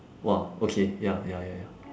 !wah! okay ya ya ya ya